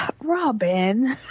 Robin